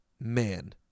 man